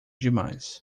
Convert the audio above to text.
demais